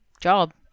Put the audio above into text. job